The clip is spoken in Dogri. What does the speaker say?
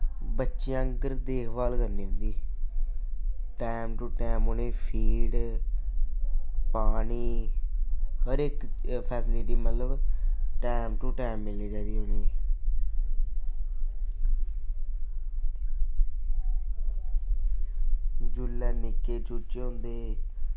बच्चें आंह्गर देखभाल करनी उं'दी टैम टू टैम उ'नेंगी फीड पानी हर इक फैसलिटी मतलब टैम टू टैम मिलनी चाहिदी उ'नेंगी जेल्लै निक्के चूचे होंदे